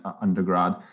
undergrad